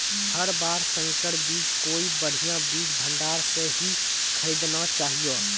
हर बार संकर बीज कोई बढ़िया बीज भंडार स हीं खरीदना चाहियो